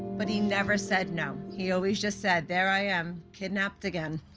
but he never said no. he always just said, there i am, kidnapped again.